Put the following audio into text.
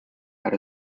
had